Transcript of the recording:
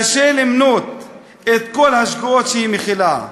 קשה למנות את כל השגיאות שהיא מכילה.